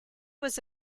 was